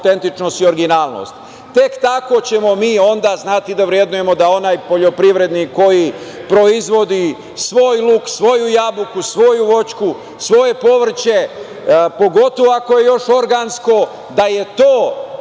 i originalnost. Tek tako ćemo mi onda znati da vrednujemo da onaj poljoprivrednik koji proizvodi svoj luk, svoju jabuku, svoju voćku, svoje povrće, pogotovo ako je još organsko da je to